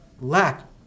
lack